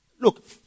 Look